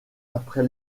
après